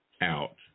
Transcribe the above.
out